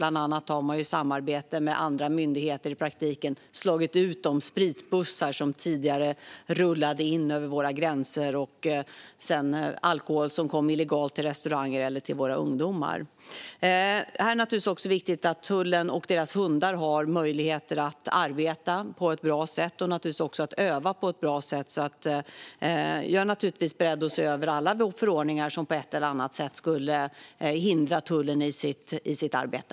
Bland annat har man i samarbete med andra myndigheter i praktiken slagit ut de spritbussar som tidigare rullade in över våra gränser med alkohol som sedan kom illegalt till restauranger eller till våra ungdomar. Det är naturligtvis också viktigt att tullen och dess hundar har möjligheter att arbeta på ett bra sätt och att öva på ett bra sätt. Jag är naturligtvis beredd att se över alla förordningar som på ett eller annat sätt skulle hindra tullen i dess arbete.